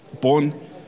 born